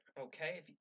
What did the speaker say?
Okay